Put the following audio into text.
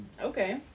Okay